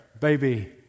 baby